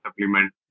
supplement